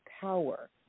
power